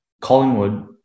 Collingwood